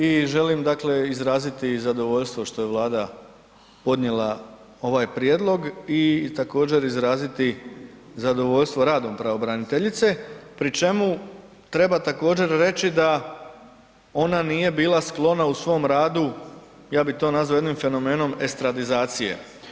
I želim dakle izraziti zadovoljstvo što je Vlada podnijela ovaj prijedlog i također izraziti zadovoljstvo radom pravobraniteljice pri čemu treba također reći da ona nije bila sklona u svom radu, ja bih to nazvao jednim fenomenom estradizacije.